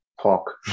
talk